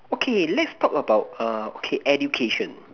okay let's talk about uh okay education